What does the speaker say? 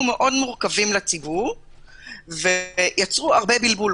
מאוד מורכבים לציבור ויצרו הרבה בלבול.